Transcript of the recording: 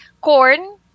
corn